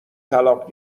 طلاق